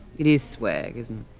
it is swag, isn't